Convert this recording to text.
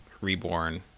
reborn